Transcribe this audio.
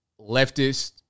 leftist